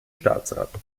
staatsrat